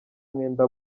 mwenda